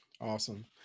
Awesome